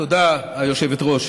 תודה, היושבת-ראש.